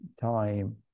time